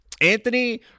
Anthony